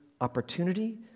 opportunity